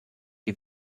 die